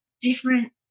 different